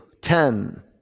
ten